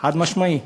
חד-משמעית.